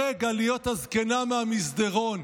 ברגע, להיות הזקנה מהמסדרון,